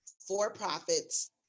for-profits